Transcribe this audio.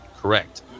correct